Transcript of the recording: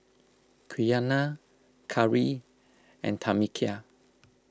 Quiana Kari and Tamekia